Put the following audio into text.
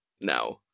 now